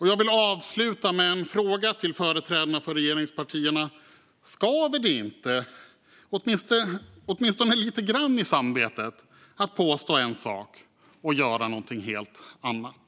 Jag vill avsluta med en fråga till företrädarna för regeringspartierna: Skaver det inte åtminstone lite grann i samvetet att påstå en sak och göra någonting helt annat?